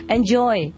Enjoy